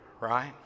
right